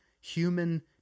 human